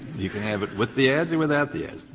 you can have it with the ads or without the ads.